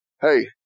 Hey